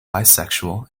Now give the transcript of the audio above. bisexual